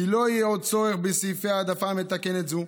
כי לא יהיה עוד צורך בסעיפי העדפה מתקנת זו,